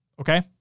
Okay